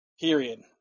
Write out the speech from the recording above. Period